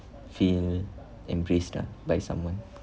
feel embraced lah by someone